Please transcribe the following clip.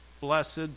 blessed